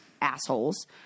assholes